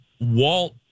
Walt